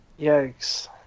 yikes